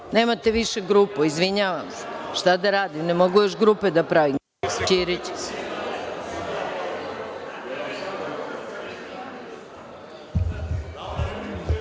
nemate više grupu. Izvinjavam se, šta da radim, ne mogu još grupe da pravim. Reč